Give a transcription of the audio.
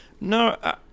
no